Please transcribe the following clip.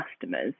customers